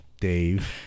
Dave